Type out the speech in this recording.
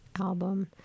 album